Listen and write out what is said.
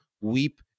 weep